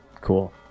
Cool